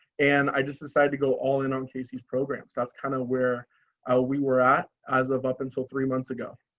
and i just decided to go all in on casey's programs. that's kind of where we were at as of up until three months ago.